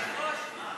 אדוני היושב-ראש,